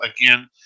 Again